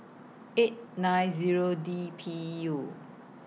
eight nine Zero D P U